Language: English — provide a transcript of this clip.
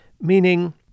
meaning